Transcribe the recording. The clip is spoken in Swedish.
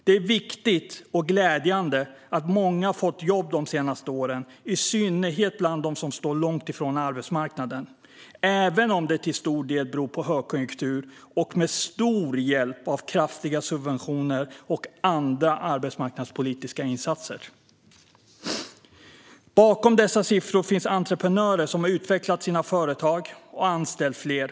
Det är viktigt och glädjande att många har fått jobb de senaste åren, i synnerhet bland dem som står långt ifrån arbetsmarknaden, även om det till stor del beror på högkonjunktur och har skett med stor hjälp av kraftiga subventioner och andra arbetsmarknadspolitiska insatser. Bakom dessa siffror finns entreprenörer som har utvecklat sina företag och anställt fler.